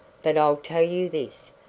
but i'll tell you this.